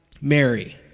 Mary